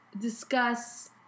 Discuss